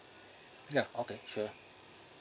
ya okay sure